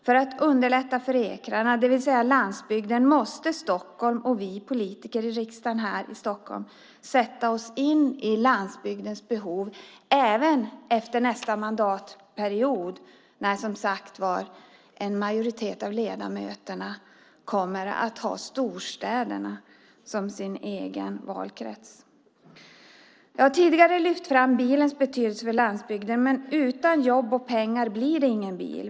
För att underlätta för ekrarna, för landsbygden, måste Stockholm och vi politiker här i riksdagen i Stockholm sätta oss in i frågan om landsbygdens behov även nästa mandatperiod när en majoritet av ledamöterna kommer att ha storstäderna som sin egen valkrets. Jag har tidigare lyft fram bilens betydelse för landsbygden. Men utan jobb och pengar blir det ingen bil.